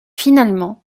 finalement